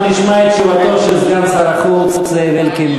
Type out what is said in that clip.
אנחנו נשמע את תשובתו של סגן שר החוץ זאב אלקין.